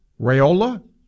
Rayola